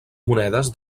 monedes